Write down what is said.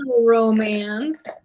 romance